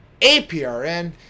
aprn